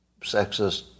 sexist